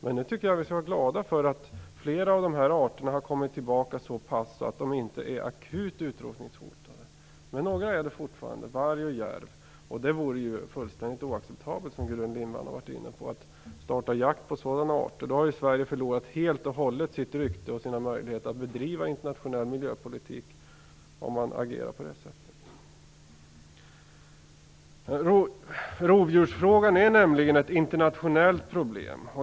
Jag tycker att vi skall vara glada för att flera av de här arterna har kommit tillbaka så pass att de inte är akut utrotningshotade. Men några, som varg och järv, är det fortfarande. Det vore, som Gudrun Lindvall var inne på, fullständigt oacceptabelt att starta jakt på sådana arter. Sverige skulle helt och hållet förlora sitt rykte och sina möjligheter att bedriva internationell miljöpolitik om man agerar på det sättet. Rovdjursfrågan är nämligen ett internationellt problem.